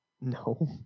No